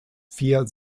vier